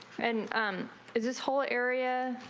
and um is this whole area.